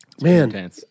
man